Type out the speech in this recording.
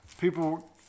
People